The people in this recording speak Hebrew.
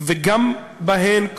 גם בהן,